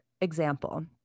example